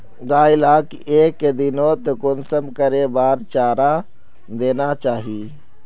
गाय लाक एक दिनोत कुंसम करे बार चारा देना चही?